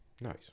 Nice